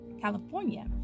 California